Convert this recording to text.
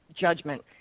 judgment